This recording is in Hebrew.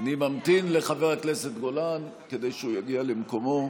אני ממתין לחבר הכנסת גולן כדי שהוא יגיע למקומו.